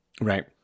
Right